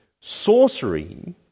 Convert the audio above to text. sorcery